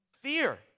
fear